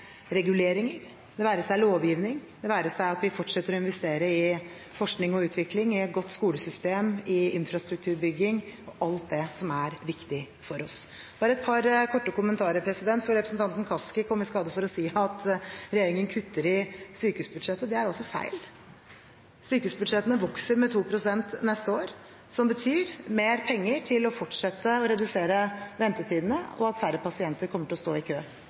lovgivning – og at vi fortsetter å investere i forskning og utvikling, i et godt skolesystem, i infrastrukturbygging og i alt det som er viktig for oss. Bare et par korte kommentarer. Representanten Kaski kom i skade for å si at regjeringen kutter i sykehusbudsjettet. Det er altså feil. Sykehusbudsjettene vokser med 2 pst. neste år, som betyr mer penger til å fortsette å redusere ventetidene, og at færre pasienter kommer til å stå i kø.